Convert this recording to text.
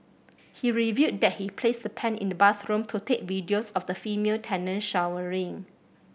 he revealed that he placed the pen in the bathroom to take videos of the female tenant showering